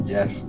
Yes